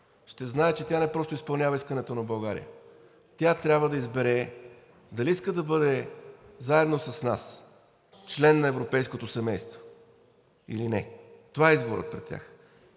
ще знае, че тя не просто изпълнява искането на България, тя трябва да избере дали иска да бъде заедно с нас член на европейското семейство или не. Това е изборът пред тях